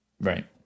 Right